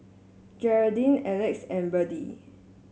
Geraldine Elex and Berdie